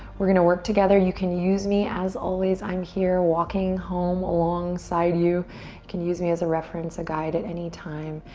we're gonna work together. you can use me. as always, i'm here walking home alongside you. you can use me as a reference, a guide at any time.